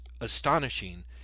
astonishing